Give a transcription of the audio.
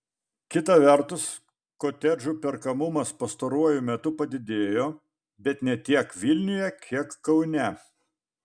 kita vertus kotedžų perkamumas pastaruoju metu padidėjo bet ne tiek vilniuje kiek kaune